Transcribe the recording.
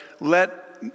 let